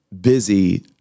busy